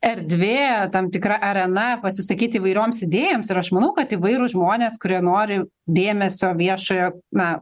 erdvė tam tikra arena pasisakyt įvairioms idėjoms ir aš manau kad įvairūs žmonės kurie nori dėmesio viešojo na